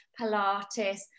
Pilates